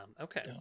okay